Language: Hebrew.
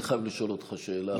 אני חייב לשאול אותך שאלה,